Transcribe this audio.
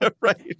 Right